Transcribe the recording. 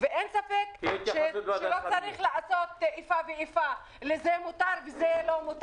ואין ספק שלא צריך לעשות איפה ואיפה לזה מותר ולזה אסור.